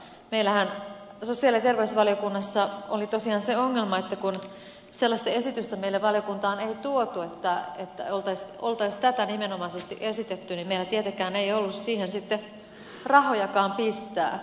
meillähän sosiaali ja terveysvaliokunnassa oli tosiaan se ongelma että kun sellaista esitystä meille valiokuntaan ei tuotu että olisi nimenomaisesti tätä esitetty niin meillä tietenkään ei ollut siihen rahojakaan pistää